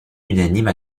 unanime